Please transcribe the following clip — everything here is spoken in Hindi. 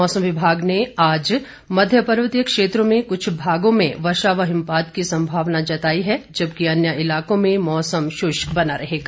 मौसम विभाग ने आज मध्य पर्वतीय क्षेत्रों में कुछ भागों में वर्षा व हिमपात की संभावना जताई है जबकि अन्य इलाकों में मौसम शुष्क बना रहेगा